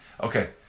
Okay